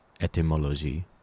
etymologie